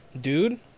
Dude